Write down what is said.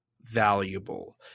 valuable